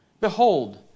Behold